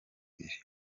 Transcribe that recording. ibiri